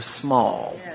small